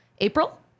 April